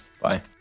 Bye